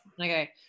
Okay